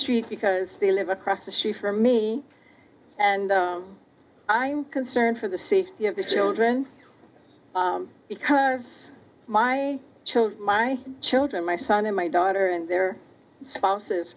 street because they live across the she for me and i'm concerned for the safety of the children because my children my children my son and my daughter and their spouses